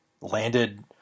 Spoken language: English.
landed